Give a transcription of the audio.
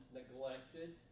neglected